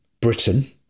Britain